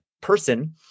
person